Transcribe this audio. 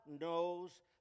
knows